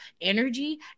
energy